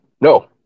no